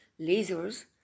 lasers